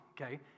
okay